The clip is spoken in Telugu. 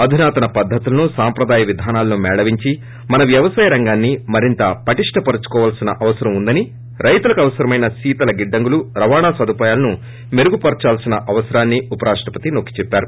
అధునాతన పద్గతులను సాంప్రదాయ విధానాలను మేళవించి మన వ్యవసాయ రంగాన్ని మరింత పటిష్ణపరుచుకోవాల్పిన అవసరం ఉందని రైతులకు అవసరమైన శీతల గిడ్డంగులు రవాణా సదుపాయాలను మెరుగుపరదాల్సిన అవసరాన్నీ ఉపరాష్టపతి నొక్కిచెప్పారు